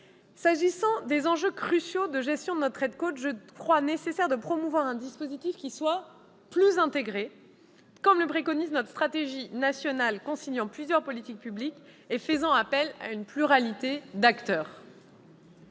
S'agissant des enjeux cruciaux de gestion de notre trait de côte, je crois nécessaire de promouvoir un dispositif plus intégré, comme le préconise notre stratégie nationale conciliant plusieurs politiques publiques et faisant appel à une pluralité d'acteurs.